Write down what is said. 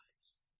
lives